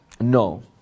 No